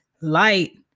Light